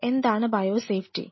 എന്താണ് bio safety